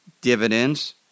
dividends